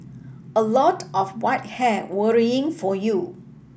a lot of white hair worrying for you